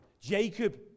Jacob